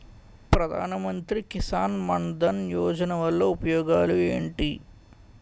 ప్రధాన మంత్రి కిసాన్ మన్ ధన్ యోజన వల్ల ఉపయోగాలు ఏంటి?